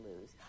lose